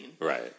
Right